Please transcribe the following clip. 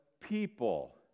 people